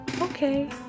Okay